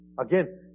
Again